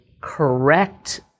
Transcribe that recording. correct